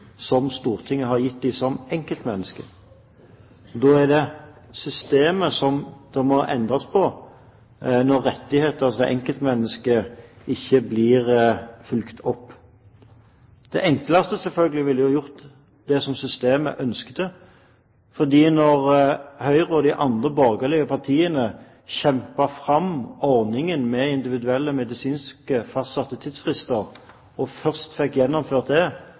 som Stortinget har gitt dem som enkeltmenneske. Når rettigheter til det enkelte menneske ikke blir fulgt opp, er det systemet som må endres. Det enkleste ville selvfølgelig være å gjøre det som systemet ønsket. Da Høyre og de andre borgerlige partiene kjempet fram ordningen med individuelt fastsatte medisinske tidsfrister og først fikk gjennomført det